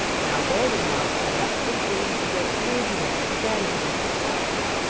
now goldenlocks had left the spoon of the great, huge bear standing in his porridge.